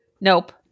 nope